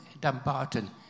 Dumbarton